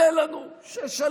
יהיו לנו 3:6,